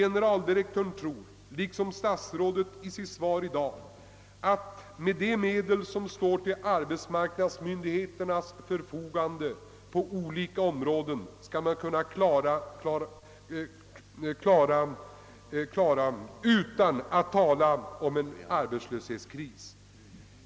Generaldirektör Olsson tror dock — liksom statsrådet i sitt svar i dag — att med de medel som står till arbetsmarknadsmyndigheternas förfogande på olika områden skall situationen kunna klaras utan att det uppstår något som kan kallas en arbetslöshetskris.